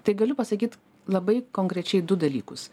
tai galiu pasakyt labai konkrečiai du dalykus